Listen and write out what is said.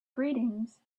greetings